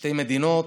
שתי מדינות,